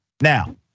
Now